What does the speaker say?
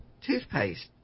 toothpaste